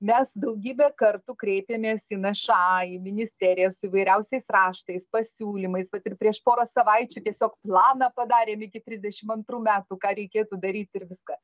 mes daugybę kartų kreipėmės į nša į ministeriją su įvairiausiais raštais pasiūlymais vat ir prieš porą savaičių tiesiog planą padarėm iki trisdešim antrų metų ką reikėtų daryti ir viską